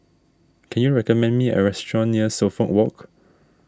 can you recommend me a restaurant near Suffolk Walk